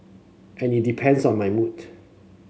and it depends on my